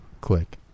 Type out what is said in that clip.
click